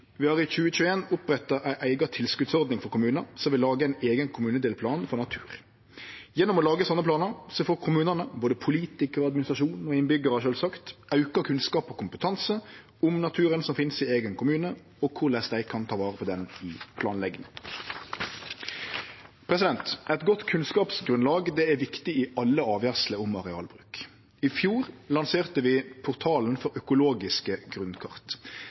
Vi har i 2021 oppretta ei eiga tilskotsordning for kommunane som vil lage ein eigen kommunedelplan for natur. Gjennom å lage slike planar får kommunane, både politikarar og administrasjon, og sjølvsagt også innbyggjarane, auka kunnskap og kompetanse om naturen som finst i eigen kommune, og korleis dei kan ta vare på han i planlegginga. Eit godt kunnskapsgrunnlag er viktig i alle avgjersler om arealbruk. I fjor lanserte vi portalen for økologiske grunnkart.